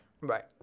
Right